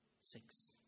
Six